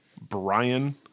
Brian